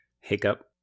hiccup